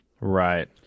Right